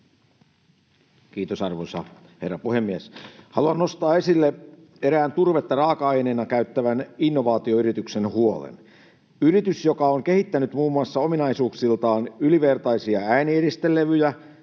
Kiitos, arvoisa herra puhemies! Haluan nostaa esille erään turvetta raaka-aineena käyttävän innovaatioyrityksen huolen. Yritys on kehittänyt muun muassa ominaisuuksiltaan ylivertaisia äänieristelevyjä,